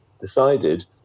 decided